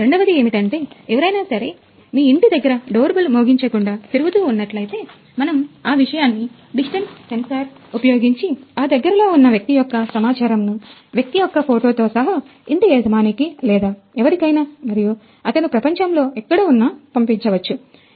రెండవది ఏమిటంటే ఎవరైనా సరే మీ ఇంటి దగ్గర డోర్ బెల్ మోగించకుండా తిరుగుతూ ఉన్నట్లయితే మనము ఆ విషయాన్ని డిస్టెన్స్ సెన్సార్ ఉపయోగించి ఆ దగ్గరలో ఉన్న వ్యక్తి యొక్క సమాచారం ను వ్యక్తి యొక్క ఫోటోతో సహా ఇంటి యజమానికి లేదా ఎవరికైనా మరియు అతను ప్రపంచంలో ఎక్కడ ఉన్నా పంపించవచ్చు